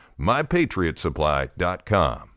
MyPatriotSupply.com